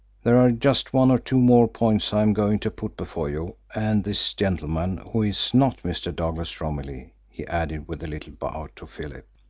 there are just one or two more points i am going to put before you and this gentleman who is not mr. douglas romilly, he added, with a little bow to philip.